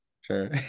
sure